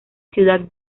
ciudad